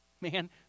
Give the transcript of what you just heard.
Man